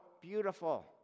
beautiful